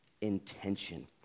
intention